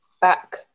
back